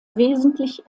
wesentlich